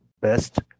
best